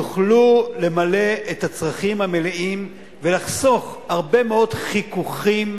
יוכלו למלא את הצרכים המלאים ולחסוך הרבה מאוד חיכוכים